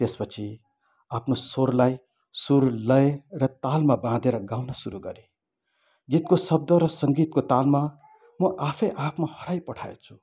त्यसपछि आफ्नो स्वरलाई सुर लय र तालमा बाँधेर गाउन सुरु गरेँ गीतको शब्द र सङ्गीतको तालमा म आफै आफमा हराई पठाएछु